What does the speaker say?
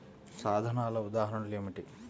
సాధనాల ఉదాహరణలు ఏమిటీ?